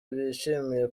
bishimiye